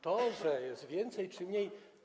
To, że jest więcej czy mniej.